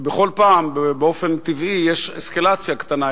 ובכל פעם באופן טבעי יש אסקלציה קטנה,